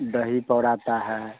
दही पौड़ाता है